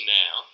now